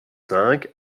cinq